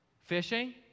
fishing